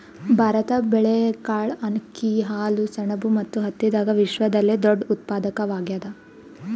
ಭಾರತ ಬೇಳೆಕಾಳ್, ಅಕ್ಕಿ, ಹಾಲು, ಸೆಣಬು ಮತ್ತು ಹತ್ತಿದಾಗ ವಿಶ್ವದಲ್ಲೆ ದೊಡ್ಡ ಉತ್ಪಾದಕವಾಗ್ಯಾದ